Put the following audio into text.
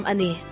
Ani